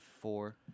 four